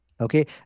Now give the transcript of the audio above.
Okay